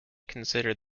considered